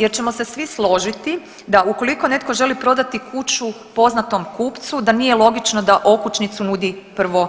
Jer ćemo se svi složiti, da ukoliko netko želi prodati kuću poznatom kupcu da nije logično da okućnicu nudi prvo